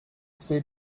say